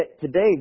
today